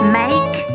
make